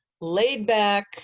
laid-back